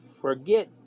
Forget